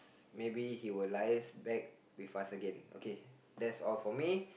maybe he will liaise back with us again okay that's all for me